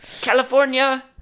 California